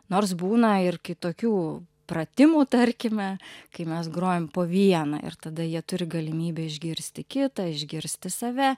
nors būna ir kitokių pratimų tarkime kai mes grojam po vieną ir tada jie turi galimybę išgirsti kitą išgirsti save